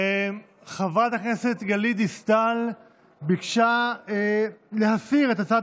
חברת הכנסת גלית דיסטל ביקשה להסיר את הצעת